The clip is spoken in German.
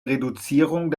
reduzierung